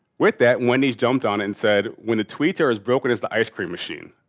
with that wendy's jumped on and said when the tweeter is broken as the ice cream machine.